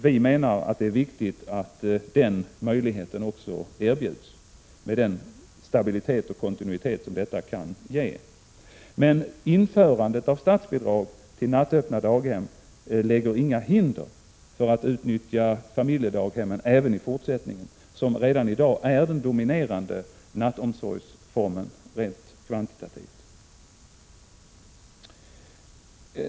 Vi menar att det är viktigt att den möjligheten också erbjuds, med den stabilitet och den kontinuitet som detta kan ge. Införandet av statsbidrag till nattöppna daghem lägger inga hinder i vägen för att utnyttja familjedaghem även i fortsättningen, det är ju redan i dag den dominerande nattomsorgsformen rent kvantitativt.